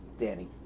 Danny